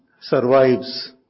survives